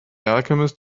alchemist